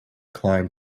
climbed